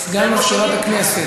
סגן יושב-ראש הכנסת,